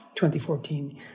2014